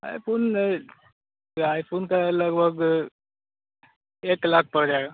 अरे फ़ोन नहीं आईफ़ोन का लगभग एक लाख पड़ जाएगा